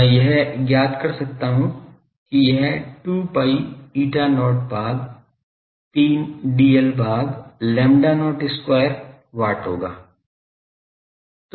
मैं यह ज्ञात कर सकता हूँ कि यह 2 pi eta not भाग 3 dl भाग lambda not square watt होगा